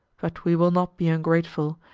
but we will not be ungrateful.